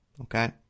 Okay